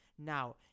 now